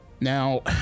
Now